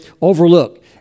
overlook